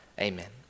amen